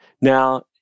Now